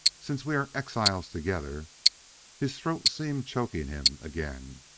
since we are exiles together his throat seemed choking him again.